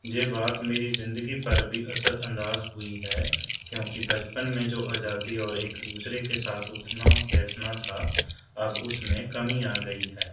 یہ بات میری زندگی پر بھی اثر انداز ہوئی ہے کیونکہ بچپن میں جو آزادی اور ایک دوسرے کے ساتھ اٹھنا بیٹھنا تھا اب اس میں کمی آ گئی ہے